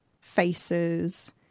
faces